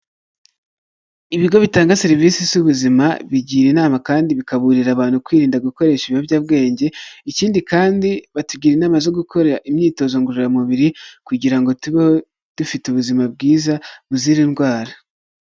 Ibigo bitanga serivisi z'ubuzima, bigira inama kandi bikaburira abantu kwirinda gukoresha ibiyobyabwenge, ikindi kandi batugira inama zo gukora imyitozo ngororamubiri kugira ngo tubeho dufite ubuzima bwiza, buzira indwara.